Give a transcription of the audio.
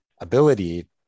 ability